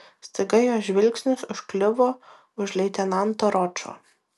staiga jos žvilgsnis užkliuvo už leitenanto ročo